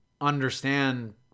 understand